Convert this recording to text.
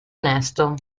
onesto